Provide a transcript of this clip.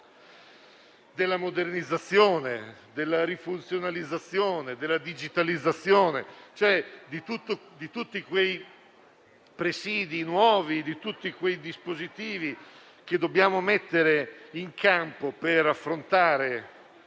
della modernizzazione, della rifunzionalizzazione e della digitalizzazione, cioè di tutti quei presidi nuovi e dei dispositivi che dobbiamo mettere in campo per affrontare